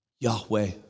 Yahweh